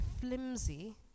flimsy